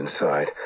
inside